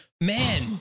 man